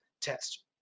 test